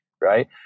right